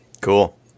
Cool